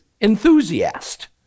enthusiast